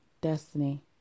Destiny